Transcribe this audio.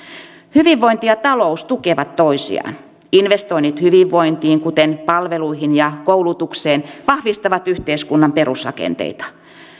hyvinvointi ja talous tukevat toisiaan investoinnit hyvinvointiin kuten palveluihin ja koulutukseen vahvistavat yhteiskunnan perusrakenteita